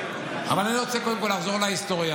אבל אני רוצה קודם כול לחזור להיסטוריה.